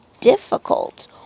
difficult